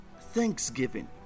thanksgiving